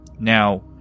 Now